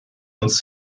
uns